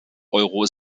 euro